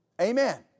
Amen